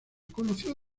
conoció